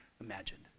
imagined